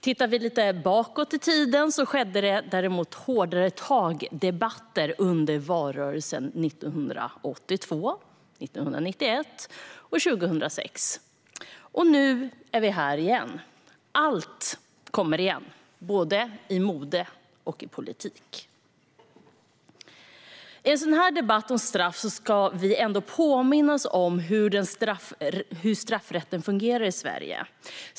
Tittar vi lite bakåt i tiden skedde det däremot debatter om hårdare tag under valrörelserna 1982, 1991 och 2006. Nu är vi här igen. Allt kommer igen, både i mode och i politik. En ny strafftidslag I en sådan här debatt om straff ska vi ändå påminna oss om hur straffrätten fungerar i Sverige.